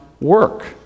work